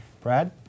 Brad